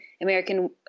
American